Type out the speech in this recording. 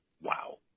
wow